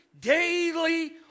daily